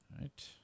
right